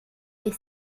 ich